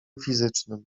fizycznym